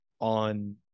on